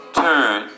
turn